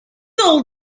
all